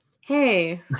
Hey